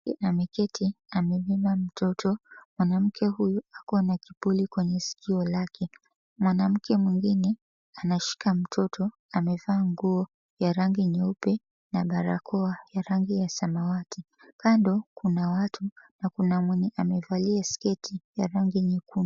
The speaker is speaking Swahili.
Mwanamke ameketi amebeba mtoto. Mwanamke huyu ako na kipuli kwenye sikio lake. Mwanamke mwingine anashika mtoto amevaa nguo ya rangi nyeupe na barakoa ya rangi ya samawati. Kando kuna watu na kuna mwenye amevalia sketi ya rangi nyekundu.